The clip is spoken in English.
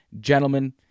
Gentlemen